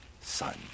son